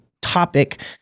topic